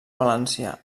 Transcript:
valencià